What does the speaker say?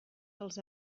dels